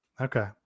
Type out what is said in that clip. Okay